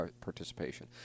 participation